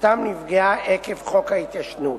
שזכותם נפגעה עקב חוק ההתיישנות.